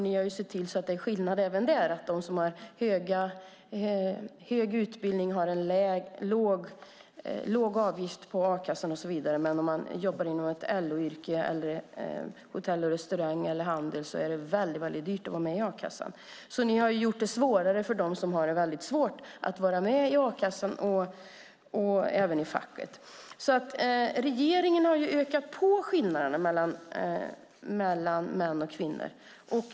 Ni har sett till att det är skillnad även där. De som har hög utbildning har låg avgift för a-kassan. För dem som jobbar inom ett LO-yrke, hotell och restaurang eller handel är det väldigt dyrt att vara med i a-kassan. Ni har gjort det svårare för dem som har det svårt att vara med i a-kassan och facket. Regeringen har ökat på skillnaderna mellan män och kvinnor.